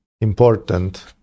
important